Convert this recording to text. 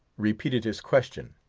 repeated his question